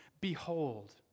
Behold